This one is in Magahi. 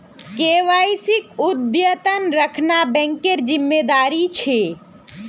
केवाईसीक अद्यतन रखना बैंकेर जिम्मेदारी छे